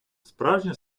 справжня